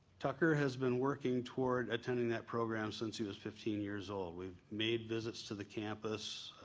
tucker has been working toward attending that program since he was fifteen years old. we've made visits to the campus,